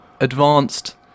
advanced